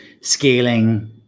scaling